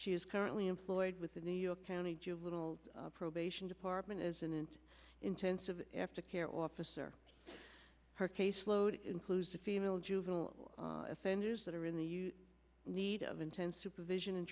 she is currently employed with the new york county juvenile probation department as an int intensive aftercare officer her caseload includes the female juvenile offenders that are in the you need of intense supervision and